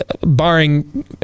barring